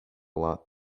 lot